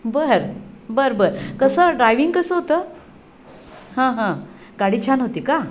बर बर बर कसं ड्रायविंग कसं होतं हां हां गाडी छान होती का